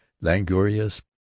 languorous